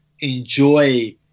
enjoy